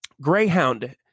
Greyhound